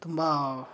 ತುಂಬ